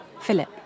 Philip